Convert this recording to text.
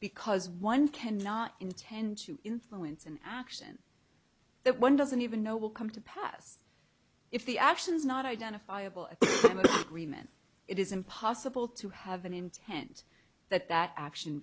because one cannot intend to influence an action that one doesn't even know will come to pass if the action is not identifiable reman it is impossible to have an intent that that action